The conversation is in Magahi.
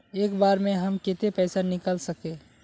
एक बार में हम केते पैसा निकल सके?